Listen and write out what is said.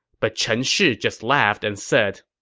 but chen shi just laughed and said,